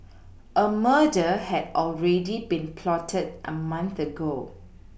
a murder had already been plotted a month ago